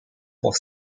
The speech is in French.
pour